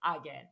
again